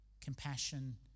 compassion